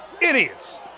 Idiots